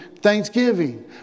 thanksgiving